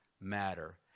matter